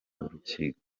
urukiko